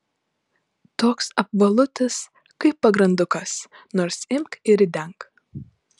toks apvalutis kaip pagrandukas nors imk ir ridenk